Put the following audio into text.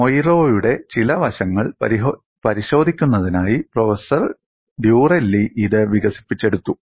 മൊയ്റോയുടെ ചില വശങ്ങൾ പരിശോധിക്കുന്നതിനായി പ്രൊഫസർ ഡ്യുറെല്ലി ഇത് വികസിപ്പിച്ചെടുത്തു